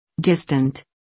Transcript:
distant